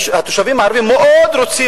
התושבים הערבים מאוד רוצים,